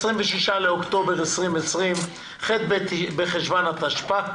26 באוקטובר 2020, ח' בחשון התשפ"א.